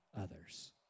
others